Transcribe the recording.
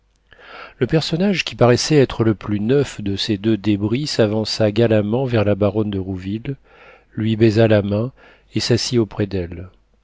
le personnage qui paraissait être le plus neuf de ces deux débris s'avança galamment vers la baronne de rouville lui baisa la main et s'assit auprès d'elle